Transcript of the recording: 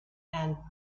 and